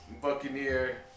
buccaneer